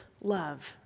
love